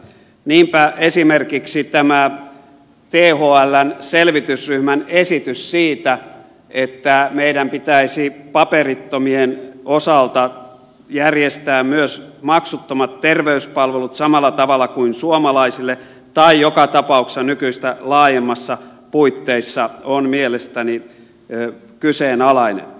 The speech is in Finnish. niinpä esimerkiksi tämä thln selvitysryhmän esitys siitä että meidän pitäisi myös paperittomien osalta järjestää maksuttomat terveyspalvelut samalla tavalla kuin suomalaisille tai joka tapauksessa nykyistä laajemmissa puitteissa on mielestäni kyseenalainen